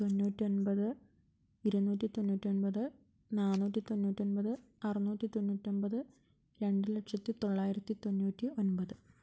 തൊണ്ണൂറ്റൊൻപത് ഇരുനൂറ്റി തൊണ്ണൂറ്റൊൻപത് നാനൂറ്റി തൊണ്ണൂറ്റൊൻപത് അറനൂറ്റി തൊണ്ണൂറ്റൊൻപത് രണ്ട് ലക്ഷത്തി തൊള്ളായിരത്തി തൊണ്ണൂറ്റി ഒൻപത്